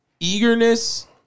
eagerness